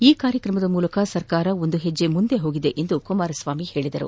ಈ ಕಾರ್ಯಕ್ರಮದ ಮೂಲಕ ಸರ್ಕಾರವು ಒಂದು ಹೆಜ್ಜೆ ಮುಂದೆ ಹೋಗಿದೆ ಎಂದು ಕುಮಾರಸ್ವಾಮಿ ಹೇಳದರು